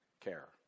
care